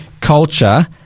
culture